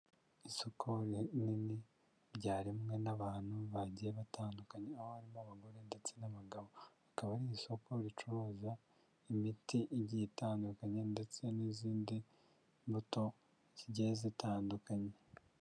Isoko rinini ryaremwe n'abantu bagiye batandukanye, aho harimo abagore ndetse n'abagabo akaba ari isoko ricuruza imiti igiye itandukanye ndetse n'izindi mbuto zigiye zitandukanye.